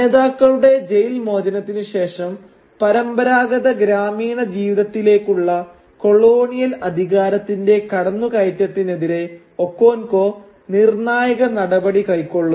നേതാക്കളുടെ ജയിൽ മോചനത്തിന് ശേഷം പരമ്പരാഗത ഗ്രാമീണ ജീവിതത്തിലേക്കുള്ള കൊളോണിയൽ അധികാരത്തിന്റെ കടന്നുകയറ്റത്തിനെതിരെ ഒക്കോൻകോ നിർണ്ണായക നടപടി കൈക്കൊള്ളുന്നു